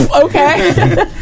Okay